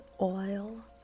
oil